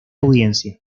audiencia